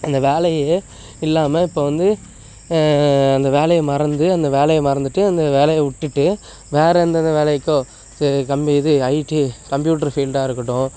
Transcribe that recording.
அந்த வேலையியே இல்லாமல் இப்போ வந்து அந்த வேலையை மறந்து அந்த வேலையை மறந்துவிட்டு அந்த வேலையை விட்டுட்டு வேறு எந்தந்த வேலைக்கோ சரி கம்பி இது ஐடி கம்ப்யூட்ரு ஃபீல்டாக இருக்கட்டும்